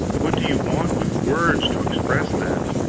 what do you want with words to express that?